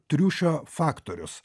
triušio faktorius